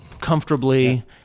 comfortably